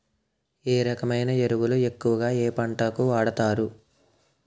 ఏ రకమైన ఎరువులు ఎక్కువుగా ఏ పంటలకు వాడతారు?